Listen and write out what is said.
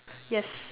yes